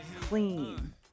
clean